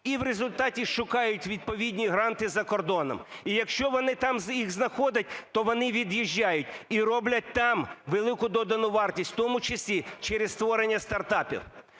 і в результаті шукають відповідні гранти за кордоном. І якщо вони там їх знаходять, то вони від'їжджають, і роблять там велику додану вартість, в тому числі через створення стартапів.